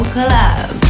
Collab